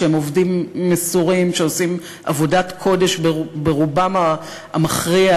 שהם עובדים מסורים שעושים עבודת קודש ברובם המכריע,